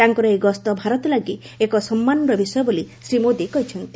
ତାଙ୍କର ଏହି ଗସ୍ତ ଭାରତ ଲାଗି ଏକ ସମ୍ମାନର ବିଷୟ ବୋଲି ଶ୍ରୀ ମୋଦି କହିଛନ୍ତି